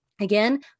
Again